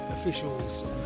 officials